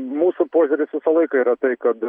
mūsų požiūris visą laiką yra tai kad